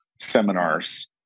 seminars